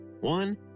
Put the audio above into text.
One